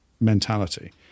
mentality